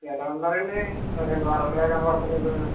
ఎలా ఉన్నారండి ఓ రెండు వారాలుగా కనబడుటలేదు